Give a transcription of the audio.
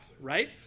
right